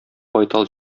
байтал